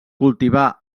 cultivà